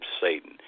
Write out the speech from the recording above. Satan